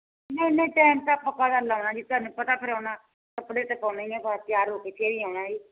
ਨਹੀਂ ਨਹੀਂ ਟਾਈਮ ਤਾਂ ਪੱਕਾ ਕਰ ਲੈਣਾ ਜੀ ਤੁਹਾਨੂੰ ਪਤਾ ਜੀ ਫਿਰ ਆਉਣਾ ਕੱਪੜੇ ਤਾਂ ਪਾਉਣੀ ਹੀ ਆ ਬਸ ਤਿਆਰ ਹੋ ਕੇ ਫਿਰ ਹੀ ਆਉਣਾ